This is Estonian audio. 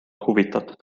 huvitatud